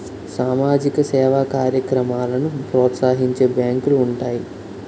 సామాజిక సేవా కార్యక్రమాలను ప్రోత్సహించే బ్యాంకులు ఉంటాయి